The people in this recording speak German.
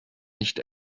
nicht